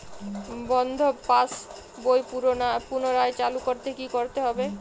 বন্ধ পাশ বই পুনরায় চালু করতে কি করতে হবে?